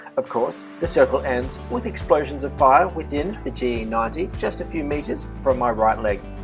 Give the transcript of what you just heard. of course the circle ends with explosions of fire within the ge ninety just a few meters from my right leg.